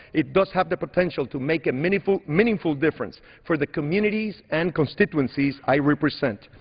it does have the potential to make a meaningful meaningful difference for the communities and constituencies i represent.